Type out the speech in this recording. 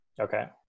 Okay